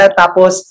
tapos